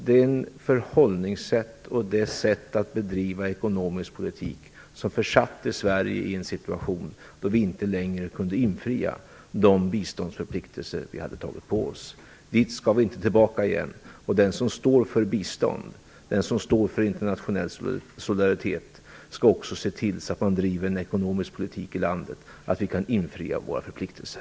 Det förhållningssätt och det sätt att bedriva ekonomisk politik som försatte Sverige i en situation då vi inte längre kunde infria de biståndsförpliktelser vi hade tagit på oss skall vi inte tillbaka till. Den som står för bistånd och internationell solidaritet skall också se till att man driver en sådan ekonomisk politik i landet att vi kan infria våra förpliktelser.